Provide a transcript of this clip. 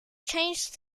changed